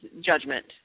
judgment